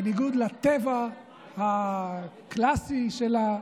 בניגוד לטבע הקלאסי שלה,